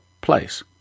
place